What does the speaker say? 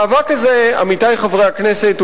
עמיתי חברי הכנסת,